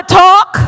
talk